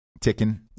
ticking